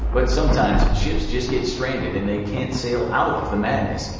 but sometimes ships just get stranded and they can't sail out of the madness.